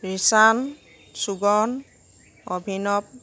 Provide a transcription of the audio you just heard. ৰিচান চুগন অভিনৱ